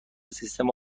سیستم